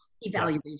evaluation